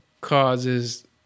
causes